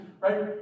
right